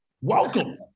Welcome